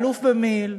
האלוף במיל',